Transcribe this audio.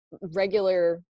regular